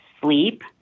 sleep